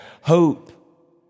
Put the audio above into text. Hope